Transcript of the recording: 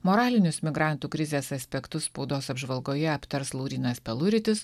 moralinius migrantų krizės aspektus spaudos apžvalgoje aptars laurynas peluritis